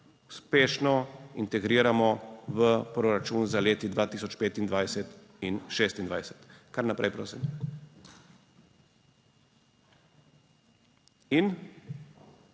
uspešno integriramo v proračun za leti 2025 in 2026. (Kar naprej, prosim.)